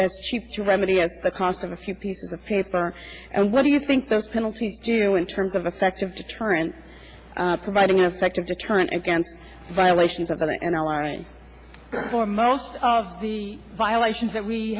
as she's to remedy at the cost of a few pieces of paper and what do you think the penalties do in terms of effective deterrent providing effective deterrent against violations of an airline for most of the violations that we